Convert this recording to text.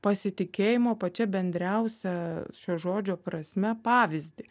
pasitikėjimo pačia bendriausia šio žodžio prasme pavyzdį